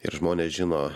ir žmonės žino